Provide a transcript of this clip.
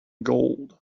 gold